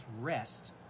rest